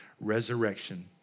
resurrection